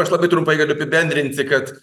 aš labai trumpai galiu apibendrinti kad